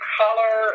color